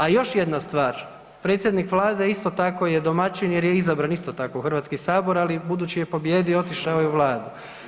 A još jedna stvar, predsjednik Vlade isto tako je domaćin jer je izabran isto tako u Hrvatski sabor, ali budući je pobijedio otišao je u Vladu.